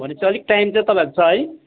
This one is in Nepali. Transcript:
भने पछि अलिक टाइम चाहिँ तपाईँहरूको छ है